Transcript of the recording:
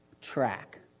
track